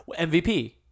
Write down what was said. MVP